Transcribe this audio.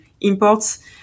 imports